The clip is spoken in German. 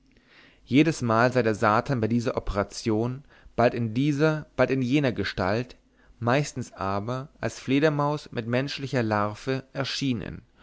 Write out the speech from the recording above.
jedesmal sei der satan bei dieser operation bald in dieser bald in jener gestalt meistens aber als fledermaus mit menschlicher larve erschienen